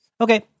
Okay